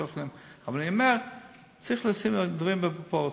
אבל אני אומר שצריך לשים דברים בפרופורציה.